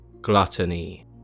Gluttony